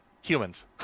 humans